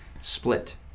split